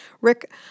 Rick